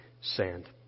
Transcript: sand